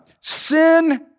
sin